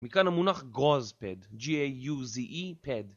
מכאן המונח גוז-פד, G-A-U-Z-E, פד.